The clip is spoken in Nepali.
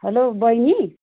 हेलो बैनी